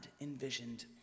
envisioned